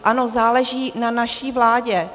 Ano, záleží na naší vládě.